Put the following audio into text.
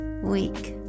week